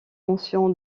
mention